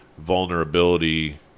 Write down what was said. vulnerability